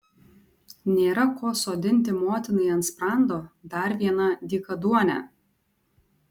nėra ko sodinti motinai ant sprando dar vieną dykaduonę